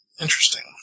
Interesting